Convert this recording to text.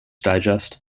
digest